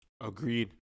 Agreed